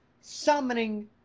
summoning